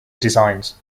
designs